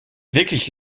wirklich